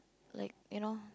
like you know